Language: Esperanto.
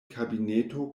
kabineto